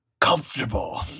comfortable